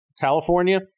California